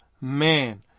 man